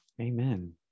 Amen